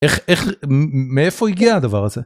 איך איך מאיפה הגיע הדבר הזה?